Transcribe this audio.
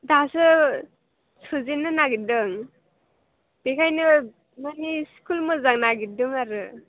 दासो सोजेननो नागिरदों बेखायनो माने स्कुल मोजां नागिरदों आरो